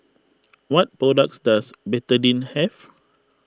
what products does Betadine have